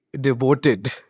devoted